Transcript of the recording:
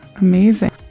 Amazing